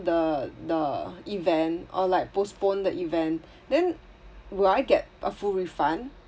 the the event or like postpone the event then will I get a full refund